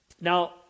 Now